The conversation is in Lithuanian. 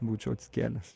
būčiau atsikėlęs